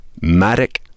Matic